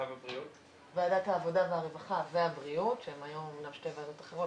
אנחנו לא פטרונים בעניין הזה, בכלל לא.